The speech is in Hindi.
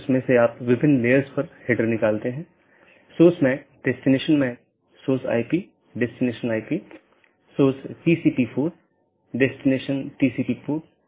इसलिए EBGP साथियों के मामले में जब हमने कुछ स्लाइड पहले चर्चा की थी कि यह आम तौर पर एक सीधे जुड़े नेटवर्क को साझा करता है